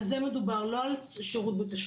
על זה מדובר, לא על שירות בתשלום.